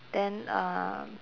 then uh